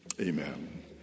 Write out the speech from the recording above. Amen